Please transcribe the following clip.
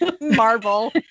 Marvel